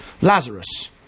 Lazarus